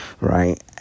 right